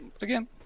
again